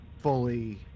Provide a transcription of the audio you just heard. fully